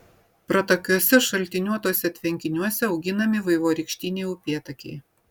pratakiuose šaltiniuotuose tvenkiniuose auginami vaivorykštiniai upėtakiai